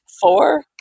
four